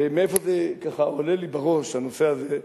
מאיפה עולה לי בראש הנושא הזה,